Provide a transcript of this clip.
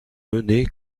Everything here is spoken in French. mener